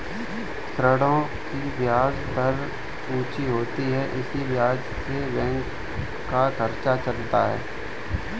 ऋणों की ब्याज दर ऊंची होती है इसी ब्याज से बैंक का खर्चा चलता है